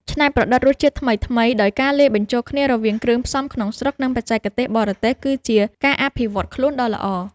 ច្នៃប្រឌិតរសជាតិថ្មីៗដោយការលាយបញ្ចូលគ្នារវាងគ្រឿងផ្សំក្នុងស្រុក និងបច្ចេកទេសបរទេស គឺជាការអភិវឌ្ឍខ្លួនដ៏ល្អ។